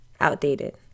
outdated